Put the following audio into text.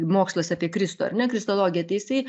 mokslas apie kristų ar ne kristologija tai jisai